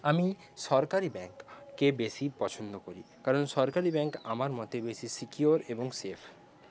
আমি সরকারি ব্যাংককে বেশি পছন্দ করি কারণ সরকারি ব্যাংক আমার মতে বেশি সিকিয়োর এবং সেফ